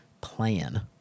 plan